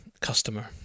customer